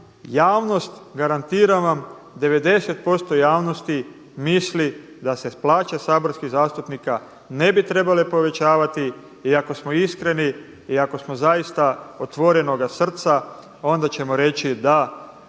javnost garantiram vam 90% javnosti misli da se plaće saborskih zastupnika ne bi trebale povećavati. I ako smo iskreni i ako smo zaista otvorenoga srca onda ćemo reći da,